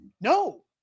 No